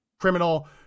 criminal